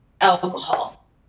alcohol